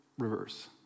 reverse